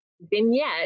vignette